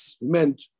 meant